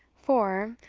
for,